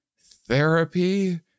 therapy